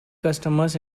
customers